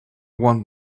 want